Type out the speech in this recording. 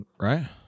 right